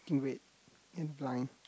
too red in blind